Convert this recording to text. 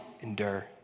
Endure